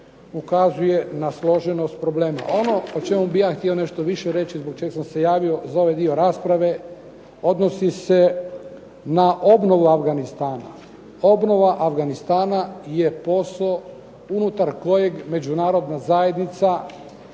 ukazuje na složenost problema. Ono o čemu bih ja htio nešto više reći, zbog čeg sam se javio za ovaj dio raspravio, odnosi se na obnovu Afganistana. Obnova Afganistana je posao unutar kojeg Međunarodna zajednica